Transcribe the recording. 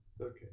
Okay